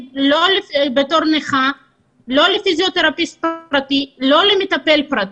בתור נכה אין לי תקציב לפיזיותרפיסטית פרטית ולא למטפל פרטי.